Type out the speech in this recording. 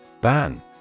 Ban